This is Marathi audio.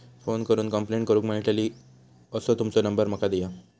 फोन करून कंप्लेंट करूक मेलतली असो तुमचो नंबर माका दिया?